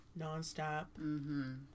nonstop